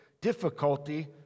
difficulty